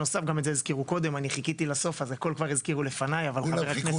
תנו לנו לעשות